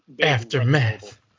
Aftermath